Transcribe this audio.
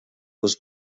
was